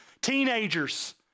Teenagers